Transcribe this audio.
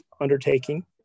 undertaking